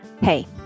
Hey